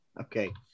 okay